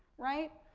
right.